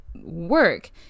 work